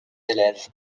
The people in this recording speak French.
élève